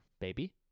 baby